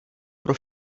pro